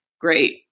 Great